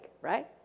right